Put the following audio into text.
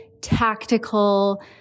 tactical